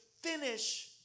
finish